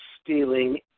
stealing